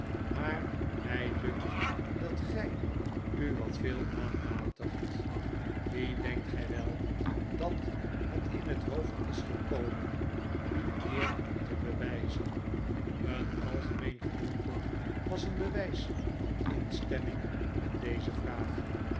maar mij dunkt dat gij u wat veel aanmatigt wie denkt gij wel dat het in het hoofd is gekomen u eer te bewijzen een algemeen gemompel was een bewijs van instemming met deze vraag